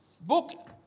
book